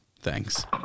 Thanks